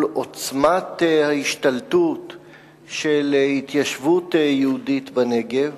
של התיישבות יהודית בנגב,